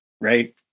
Right